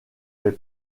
fait